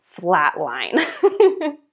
flatline